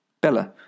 Bella